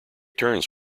turns